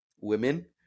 women